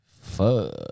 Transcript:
Fuck